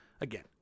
Again